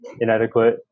inadequate